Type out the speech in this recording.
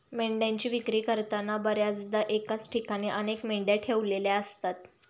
मेंढ्यांची विक्री करताना बर्याचदा एकाच ठिकाणी अनेक मेंढ्या ठेवलेल्या असतात